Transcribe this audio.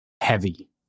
heavy